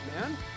man